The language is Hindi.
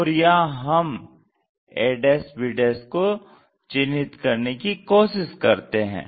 और यहां हम a b को चिन्हित करने की कोशिश करते हैं